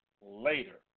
later